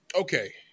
okay